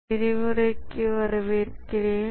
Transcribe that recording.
இந்த விரிவுரைக்கு வரவேற்கிறேன்